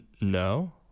no